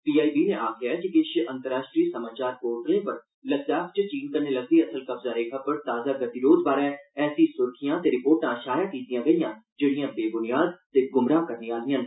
P I B नै आक्खेआ जे किश अंतर्राश्ट्रीय समाचार पोर्टलें पर लद्दाख च चीन कन्नै लगदी असल कब्ज़ा रेखा पर ताज़ा गतिरोध बारै ऐसियां सुर्खियां ते रिपोर्टा शाया कीतियां गेइया जेडिया बेवुनियाद ते गुमराह करने आलियां न